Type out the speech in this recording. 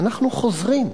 אנחנו חוזרים.